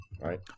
right